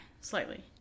slightly